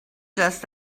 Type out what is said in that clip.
just